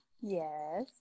Yes